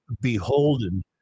beholden